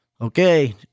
okay